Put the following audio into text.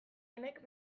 honek